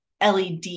led